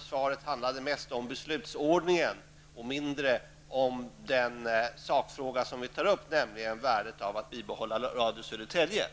svaret mest handlade om beslutsordningen och mindre om den sakfråga som vi har tagit upp, nämligen värdet av att bibehålla Radio Södertälje.